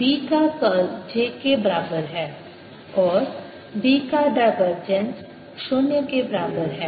B का curl j के बराबर है और B का डायवर्जेंस शून्य के बराबर है